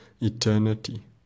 eternity